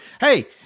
hey